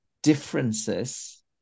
differences